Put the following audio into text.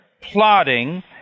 plotting